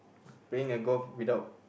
playing a golf without